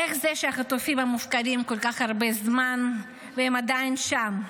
איך זה שהחטופים מופקרים כל כך הרבה זמן והם עדיין שם?